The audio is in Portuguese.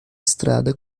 estrada